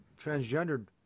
transgendered